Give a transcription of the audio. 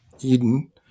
Eden